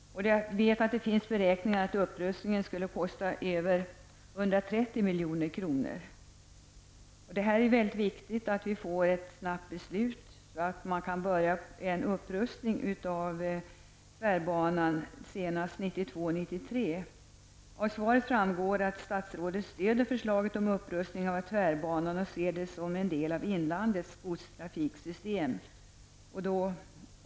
Jag vet att det finns beräkningar på att upprustningen skulle kosta över 130 milj.kr. Det är viktigt att vi får ett snabbt beslut så att en upprustning av tvärbanan kan börja snabbt, senast 92/93. Av svaret framgår att statsrådet stödjer förslaget om en upprustning av tvärbanan och ser den som en del av inlandets godstrafiksystem.